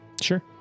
Sure